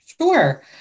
Sure